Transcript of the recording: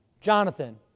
Jonathan